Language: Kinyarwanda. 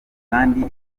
kandi